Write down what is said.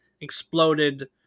exploded